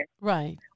Right